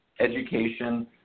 education